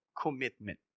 commitment